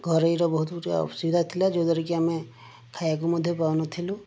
ଘରେ ବି ବହୁତ ଗୁଡ଼ିଏ ଅସୁବିଧା ଥିଲା ଯଦ୍ଦ୍ୱାରା କି ଆମେ ଖାଇବାକୁ ମଧ୍ୟ ପାଉ ନଥିଲୁ